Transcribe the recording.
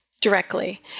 directly